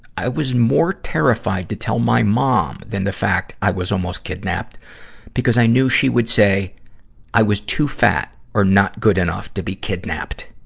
i was more terrified to tell my mom, than the fact that i was almost kidnapped because i knew she would say i was too fat or not good enough to be kidnapped.